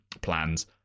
plans